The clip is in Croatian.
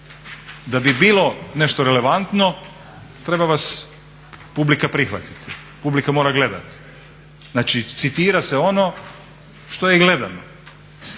Da bi bilo nešto relevantno treba vas publika prihvatiti. Publika mora gledati. Znači citira se ono što je gledano.